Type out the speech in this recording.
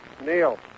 Neil